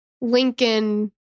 Lincoln